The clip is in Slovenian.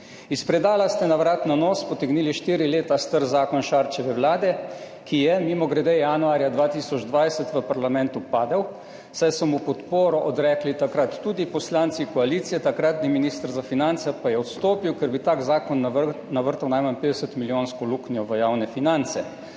Iz predala ste na vrat na nos potegnili štiri leta star zakon Šarčeve vlade, ki je, mimogrede, januarja 2020 v parlamentu padel, saj so mu podporo odrekli takrat tudi poslanci koalicije, takratni minister za finance pa je odstopil, ker bi tak zakon navrtal najmanj 50-milijonsko luknjo v javne finance.